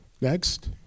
Next